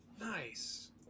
Nice